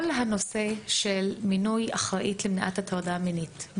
כל הנושא של מינוי אחראית למניעת הטרדה מינית,